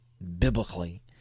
biblically